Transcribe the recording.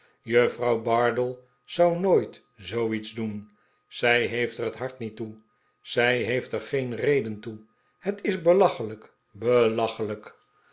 juffrouw bardell zou nooit zoo iets doen zij heeft er het hart niet toe zij heeft er geen reden toe het is belachelijk belachelijk